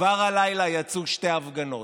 כבר הלילה יצאו שתי הפגנות,